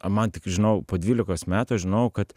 man tik žinau po dvylikos metų žinojau kad